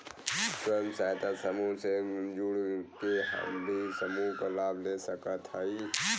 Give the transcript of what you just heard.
स्वयं सहायता समूह से जुड़ के हम भी समूह क लाभ ले सकत हई?